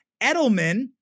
Edelman